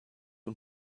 und